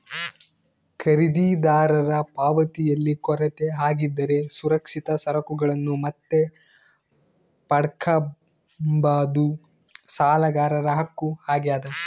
ಖರೀದಿದಾರರ ಪಾವತಿಯಲ್ಲಿ ಕೊರತೆ ಆಗಿದ್ದರೆ ಸುರಕ್ಷಿತ ಸರಕುಗಳನ್ನು ಮತ್ತೆ ಪಡ್ಕಂಬದು ಸಾಲಗಾರರ ಹಕ್ಕು ಆಗ್ಯಾದ